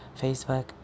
Facebook